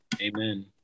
Amen